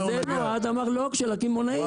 לזה נועד המרלו"ג של הקמעונאים.